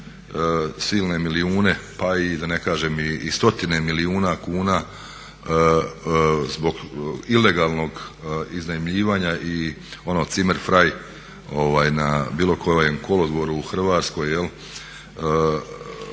silne milijune pa i da ne kažem i stotine milijuna kuna zbog ilegalnog iznajmljivanja i onog zimmer frei na bilo kojem kolodvoru u Hrvatskoj